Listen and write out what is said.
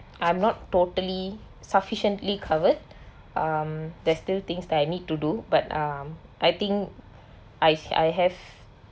I'm not totally sufficiently covered um there's still things that I need to do but um I think I I have